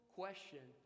question